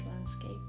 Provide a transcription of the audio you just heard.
landscape